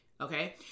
Okay